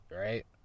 right